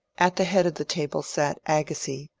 at the head of the table sat agassiz,